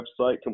website